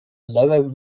lower